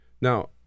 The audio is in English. Now